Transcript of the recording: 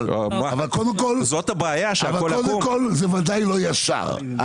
אבל קודם כל זה ודאי לא ישר,